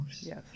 Yes